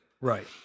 Right